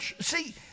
see